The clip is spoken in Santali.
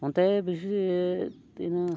ᱚᱱᱛᱮ ᱵᱤᱥᱤᱻ ᱛᱤᱱᱟᱹᱜ